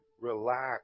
relax